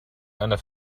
einer